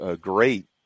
great